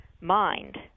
mind